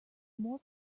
more